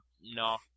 no